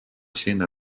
sõna